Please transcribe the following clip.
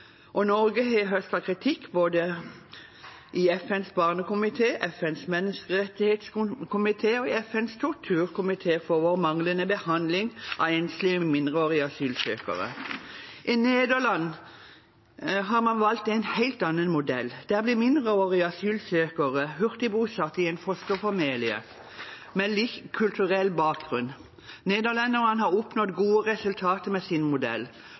og Norge har høstet kritikk både i FNs barnekomité, FNs menneskerettighetskomité og FNs torturkomité for vår mangelfulle behandling av enslige mindreårige asylsøkere. I Nederland har man valgt en helt annen modell. Der blir mindreårige asylsøkere hurtig bosatt i en fosterfamilie med lik kulturell bakgrunn. Nederlenderne har oppnådd gode resultater med sin modell.